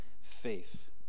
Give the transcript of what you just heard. faith